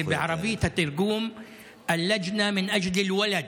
ובערבית התרגום הוא: א-לג'נה מן אג'ד אל-ולד.